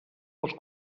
els